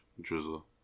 drizzle